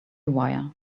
wire